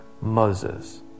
Moses